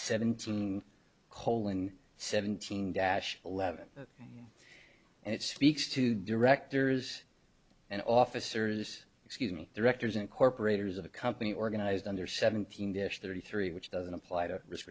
seventeen colin seventeen dash eleven and it speaks to directors and officers excuse me directors and corporators of a company organized under seventeen dish thirty three which doesn't apply to risk